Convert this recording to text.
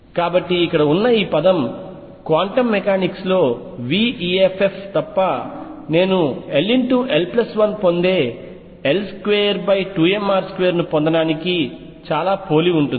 కాబట్టి ఇక్కడ ఉన్న ఈ పదం క్వాంటం మెకానిక్స్ లో veff తప్ప నేను ll1 పొందే l22mr2 ను పొందడానికి చాలా పోలి ఉంటుంది